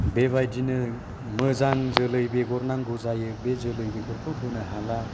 बे बायदिनो मोजां जोलै बेगर नांगौ जायो बे जोलै बेगरखौ होनो हाला